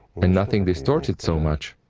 and nothing distorts it so much,